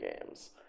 games